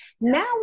Now